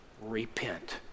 repent